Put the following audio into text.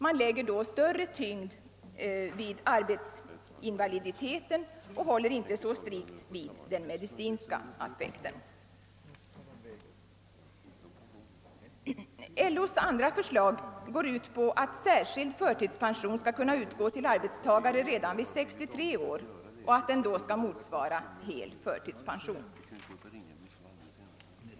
Man lägger då större vikt vid arbetsinvaliditeten och håller inte så strikt på den medicinska aspekten. LO:s andra förslag innebär att »särskild förtidspension» skall kunna utgå till arbetstagare redan vid 63 års ålder och att den då skall motsvara hel förtidspension.